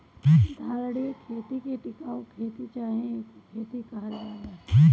धारणीय खेती के टिकाऊ खेती चाहे इको खेती कहल जाला